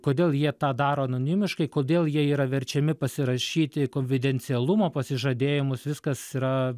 kodėl jie tą daro anonimiškai kodėl jie yra verčiami pasirašyti konfidencialumo pasižadėjimus viskas yra